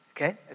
Okay